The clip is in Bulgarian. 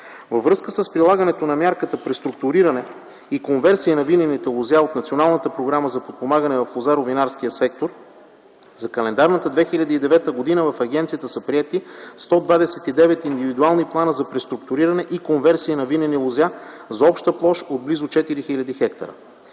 Във връзка с прилагането на мярката „Преструктуриране и конверсия на винените лозя” от Националната програма за подпомагане в лозаро-винарския сектор, за календарната 2009 г. в агенцията са приети 129 индивидуални плана за преструктуриране и конверсия на винени лозя за обща площ от близо 4000 хектара.